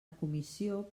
comissió